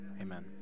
amen